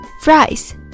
Fries